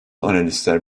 analistler